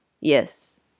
Yes